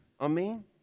amen